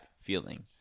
feeling